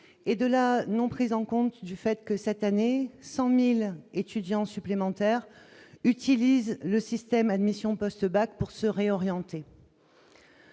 et de la non prise en compte du fait que cette année 100000 étudiants supplémentaires utilisent le système Admission post-bac pour se réorienter.